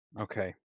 Okay